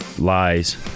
lies